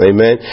Amen